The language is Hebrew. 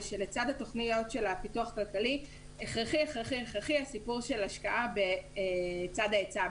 ושלצד התוכניות של פיתוח כלכלי הכרחי השקעה בצד ההיצע,